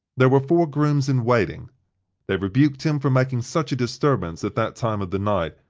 there were four grooms in waiting they rebuked him for making such a disturbance at that time of the night,